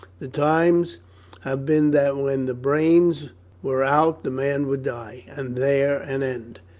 the times have been that when the brains were out the man would die, and there an end,